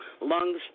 lungs